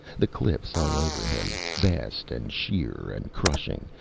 the cliffs hung over him, vast and sheer and crushing,